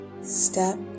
step